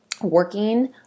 working